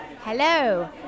Hello